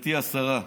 גברתי השרה,